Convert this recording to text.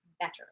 better